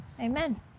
amen